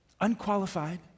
unqualified